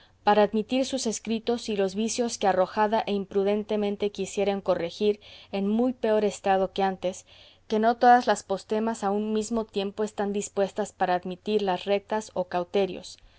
para admitir sus escritos y los vicios que arrojada e imprudentemente quisieren corregir en muy peor estado que antes que no todas las postemas a un mismo tiempo están dispuestas para admitir las recetas o cauterios